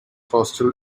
hostel